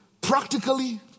Practically